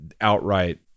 outright